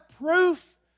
proof